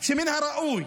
שמן הראוי